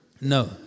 No